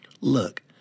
Look